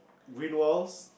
green walls